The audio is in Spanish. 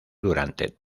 durante